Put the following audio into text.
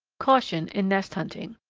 caution in nest hunting.